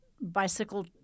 bicycle